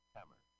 Hammer